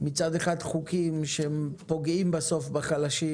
מצד אחד חוקים שפוגעים בסוף בחלשים,